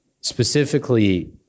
Specifically